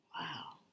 wow